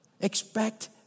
Expect